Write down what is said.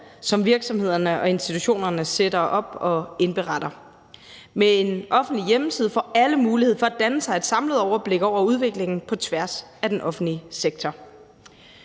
som virksomhederne og institutionerne sætter op og indberetter. Med en offentlig hjemmeside får alle mulighed for at danne sig et samlet overblik over udviklingen på tværs af den offentlige sektor.